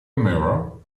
mirror